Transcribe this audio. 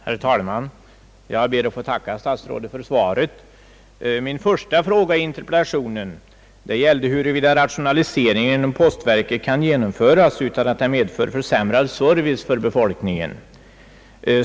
Herr talman! Jag ber att få tacka statsrådet för svaret. Min första fråga i interpellationen gällde huruvida rationaliseringen inom postverket kan genomföras utan att den medför försämrad service för befolkningen.